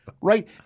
Right